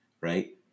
right